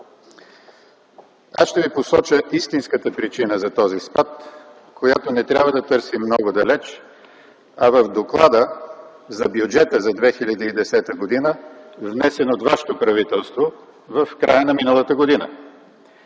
Аз ще Ви посоча истинската причина за този спад, която не трябва да търсим много далече, а в Доклада за бюджета за 2010 г., внесен от вашето правителство в края на миналата година.